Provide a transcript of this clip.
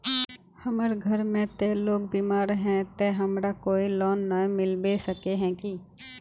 हमर घर में ते लोग बीमार है ते हमरा कोई लोन नय मिलबे सके है की?